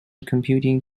computing